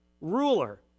ruler